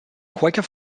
quaker